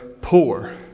poor